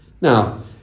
Now